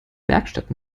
werkstatt